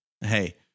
Hey